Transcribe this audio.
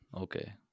Okay